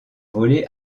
voler